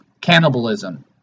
Cannibalism